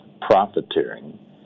profiteering